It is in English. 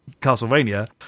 Castlevania